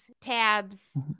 tabs